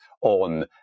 on